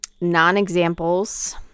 non-examples